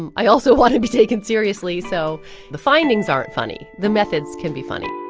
and i also want to be taken seriously. so the findings aren't funny. the methods can be funny